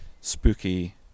spooky